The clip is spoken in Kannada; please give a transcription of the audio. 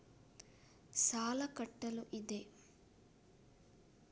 ಸಾಲ ಕಟ್ಟಲು ಇದೆ